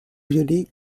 violer